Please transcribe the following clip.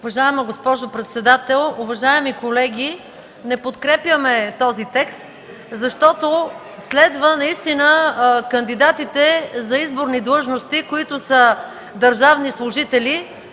Уважаема госпожо председател, уважаеми колеги! Не подкрепяме този текст, защото следва наистина кандидатите за изборни длъжности, които са държавни служители,